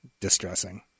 distressing